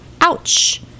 Ouch